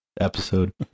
episode